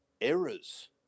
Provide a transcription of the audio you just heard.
errors